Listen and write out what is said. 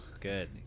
good